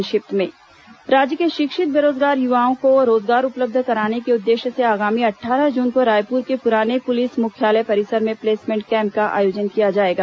संक्षिप्त समाचार राज्य के शिक्षित बेरोजगार युवाओं को रोजगार उपलब्ध कराने के उद्देश्य से आगामी अट्ठारह जुन को रायपुर के पुराने पुलिस मुख्यालय परिसर में प्लेसमेंट कैम्प का आयोजन किया जाएगा